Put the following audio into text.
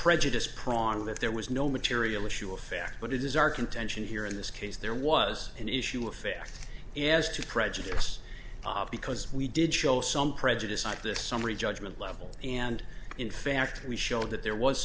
prejudice prong that there was no material issue of fact but it is our contention here in this case there was an issue of fair and as to prejudice because we did show some prejudice up this summary judgment level and in fact we showed that there was